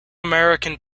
american